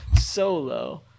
Solo